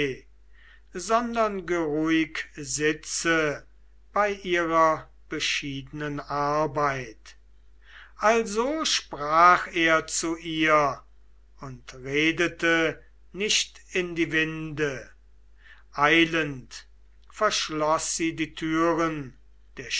sondern geruhig sitze bei ihrer beschiedenen arbeit also sprach er zu ihr und redete nicht in die winde eilend verschloß sie die türen der